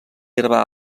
herba